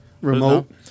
Remote